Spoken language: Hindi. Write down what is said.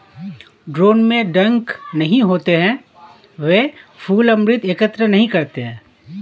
ड्रोन में डंक नहीं होते हैं, वे फूल अमृत एकत्र नहीं करते हैं